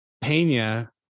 Pena